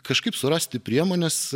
kažkaip surasti priemones